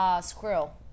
squirrel